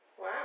Wow